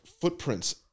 footprints